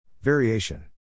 Variation